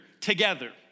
together